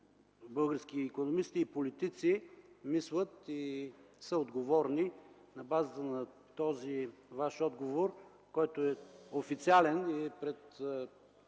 български икономисти и политици, които мислят и са отговорни, на базата на този Ваш отговор, който е официален за пред